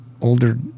older